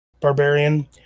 barbarian